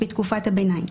בתקופת הביניים,